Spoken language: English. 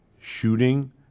shooting